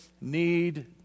need